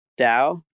DAO